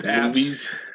movies